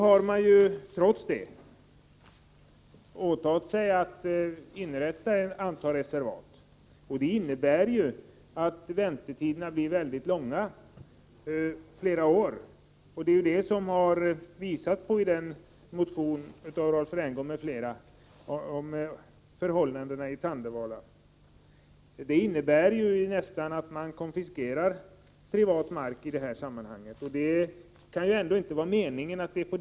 Trots det har man åtagit sig att inrätta ett antal reservat. Det innebär ju att väntetiderna blir mycket långa, flera år. Detta har man visat i motionen av Rolf Rämgård m.fl. om förhållandena vid Tandövala. Det är nästan på det sättet att man konfiskerar privat mark i detta sammanhang, men det kan inte vara meningen.